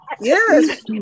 yes